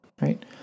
right